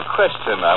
question